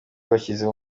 bashyizeho